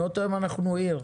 מאותו יום אנחנו עיר.